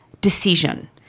decision